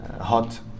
hot